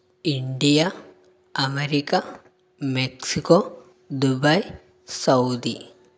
India America Mexico Dubai Saudi